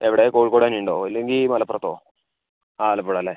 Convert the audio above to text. എവിടെ കോഴിക്കോടെന്നെ ഉണ്ടോ അല്ലെങ്കിൽ മലപ്പുറത്തോ ആലപ്പുഴ ല്ലെ